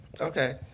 Okay